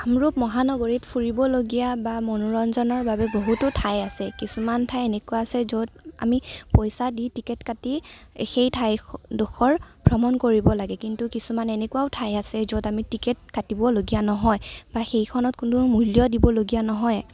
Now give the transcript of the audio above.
কামৰূপ মহানগৰীত ফুৰিবলগীয়া বা মনোৰঞ্জনৰ বাবে বহুতো ঠাই আছে কিছুমান ঠাই এনেকুৱা আছে য'ত আমি পইচা দি টিকেট কাটি সেই ঠাইডোখৰ ভ্ৰমণ কৰিব লাগে কিন্তু কিছুমান এনেকুৱাও ঠাই আছে য'ত টিকেট কাটিবলগীয়া নহয় বা সেইখনত কোনো মূল্য দিবলগীয়া নহয়